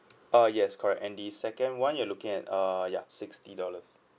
uh yes correct and the second [one] you're looking at err ya sixty dollars